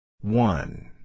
One